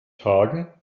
hagen